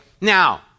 now